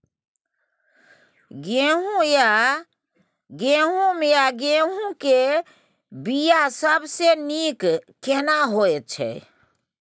गहूम या गेहूं के बिया सबसे नीक केना होयत छै?